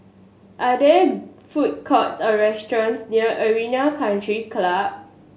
are there food courts or restaurants near Arena Country Club